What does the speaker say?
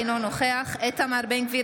אינו נוכח איתמר בן גביר,